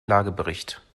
lagebericht